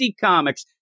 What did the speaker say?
Comics